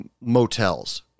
motels